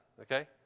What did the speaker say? Okay